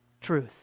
truth